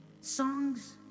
songs